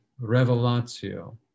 revelatio